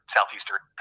Southeastern